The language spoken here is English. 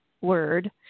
word